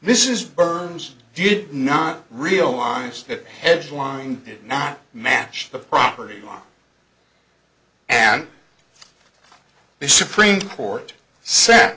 this is burns did not realize that headline did not match the property law and the supreme court said